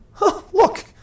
Look